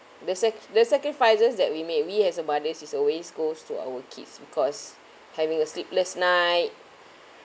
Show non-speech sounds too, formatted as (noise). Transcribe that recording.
the sac~ the sacrifices that we made we as a mother is always goes to our kids because having a sleepless night (breath)